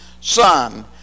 son